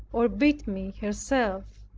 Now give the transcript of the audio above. or beat me herself.